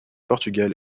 portugal